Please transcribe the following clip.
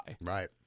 Right